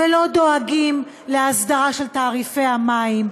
ולא דואגים להסדרה של תעריפי המים,